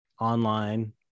online